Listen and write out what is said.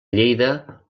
lleida